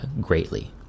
greatly